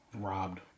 Robbed